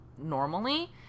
normally